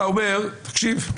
אתה אומר: תקשיב,